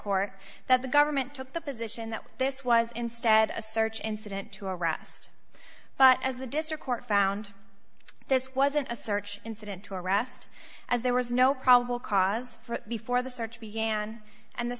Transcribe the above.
court that the government took the position that this was instead a search incident to arrest but as the district court found this wasn't a search incident to arrest as there was no probable cause for it before the search began and the